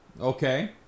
Okay